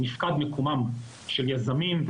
נפקד מקומם של יזמים,